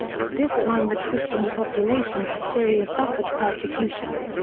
at this time the christian population of syria suffered persecution.